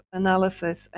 analysis